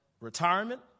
retirement